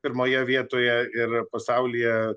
pirmoje vietoje ir pasaulyje